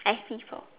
S_P four